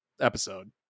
episode